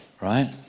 right